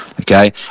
okay